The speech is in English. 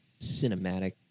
cinematic